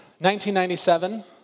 1997